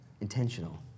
intentional